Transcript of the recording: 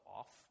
off